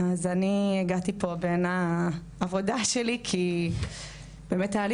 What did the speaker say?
אני הגעתי פה בין העבודה שלי כי באמת היה לי